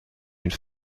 une